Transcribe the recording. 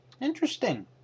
interesting